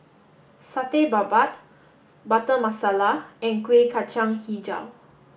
Satay Babat Butter Masala and Kueh Kacang Hijau